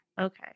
Okay